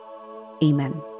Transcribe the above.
Amen